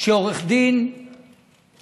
שעורך דין צעיר,